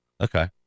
Okay